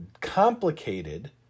complicated